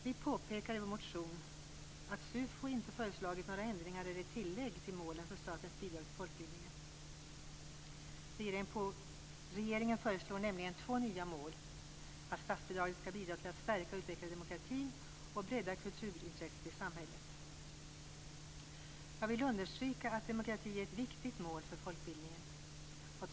Vi påpekar i vår motion att SUFO inte har föreslagit några ändringar eller tillägg till målen för statens bidrag till folkbildningen. Regeringen föreslår nämligen två nya mål. Statsbidraget skall bidra till att stärka och utveckla demokratin och till att bredda kulturintresset i samhället. Jag vill understryka att demokrati är ett viktigt mål för folkbildningen.